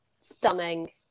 stunning